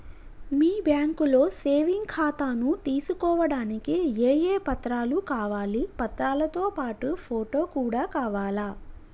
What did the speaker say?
మీ బ్యాంకులో సేవింగ్ ఖాతాను తీసుకోవడానికి ఏ ఏ పత్రాలు కావాలి పత్రాలతో పాటు ఫోటో కూడా కావాలా?